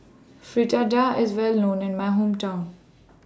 Fritada IS Well known in My Hometown